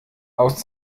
aus